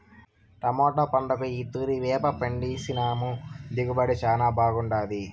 tomato పంటకు ఈ తూరి వేపపిండేసినాము దిగుబడి శానా బాగుండాది